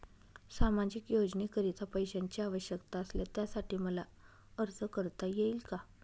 सामाजिक योजनेकरीता पैशांची आवश्यकता असल्यास त्यासाठी मला अर्ज करता येईल का?